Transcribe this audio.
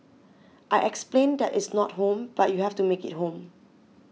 I explained that it's not home but you have to make it home